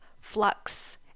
flux